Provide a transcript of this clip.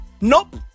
nope